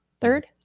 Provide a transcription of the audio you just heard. Third